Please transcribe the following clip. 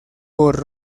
por